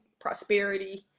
Prosperity